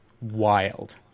wild